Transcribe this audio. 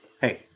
Hey